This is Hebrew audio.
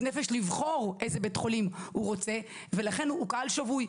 נפש לבחור איזה בית חולים הוא רוצה ולכן הוא קהל שבוי.